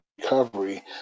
recovery